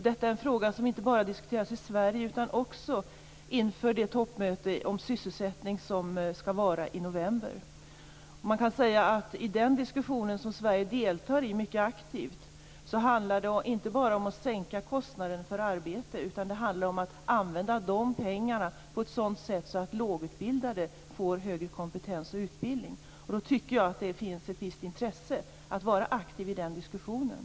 Detta är en fråga som inte bara diskuteras i Sverige utan också inför det toppmöte om sysselsättning som skall äga rum i november. Man kan säga att den diskussion som Sverige mycket aktivt deltar i inte bara handlar om att sänka kostnaden för arbete utan även om att använda de pengarna på ett sådant sätt att lågutbildade får högre kompetens och utbildning. Jag tycker att det finns ett visst intresse av att vara aktiv i den diskussionen.